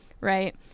right